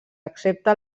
excepte